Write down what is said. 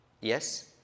Yes